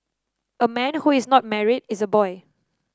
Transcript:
a man who is not married is a boy